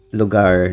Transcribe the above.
lugar